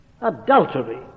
adultery